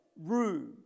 room